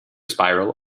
spiral